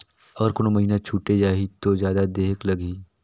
अगर कोनो महीना छुटे जाही तो जादा देहेक लगही?